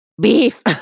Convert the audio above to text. beef